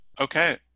Okay